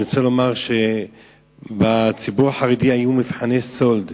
אני רוצה לומר שבציבור החרדי היו מבחני סאלד,